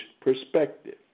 perspective